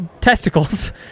testicles